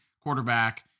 quarterback